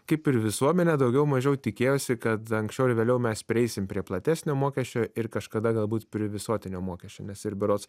kaip ir visuomenė daugiau mažiau tikėjosi kad anksčiau ar vėliau mes prieisim prie platesnio mokesčio ir kažkada galbūt prie visuotinio mokesčio nes ir berods